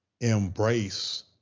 embrace